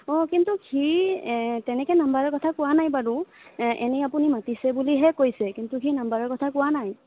অঁ কিন্তু সি তেনেকৈ নাম্বাৰৰ কথা কোৱা নাই বাৰু এনেই আপুনি মাতিছে বুলিহে কৈছে কিন্তু সি নাম্বাৰৰ কথা কোৱা নাই